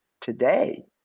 today